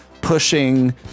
pushing